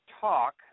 talk